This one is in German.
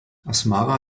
asmara